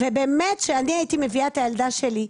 באמת שאני הייתי מביאה את הילדה שלי.